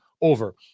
over